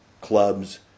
clubs